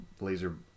laser